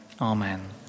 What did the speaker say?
Amen